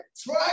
Try